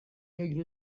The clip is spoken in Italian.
degli